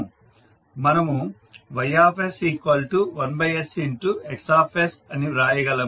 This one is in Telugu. మనము Ys1sXs అని వ్రాయగలము